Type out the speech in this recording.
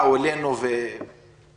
יקראו את חוק סדר הדין הפלילי (סמכויות